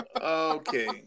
okay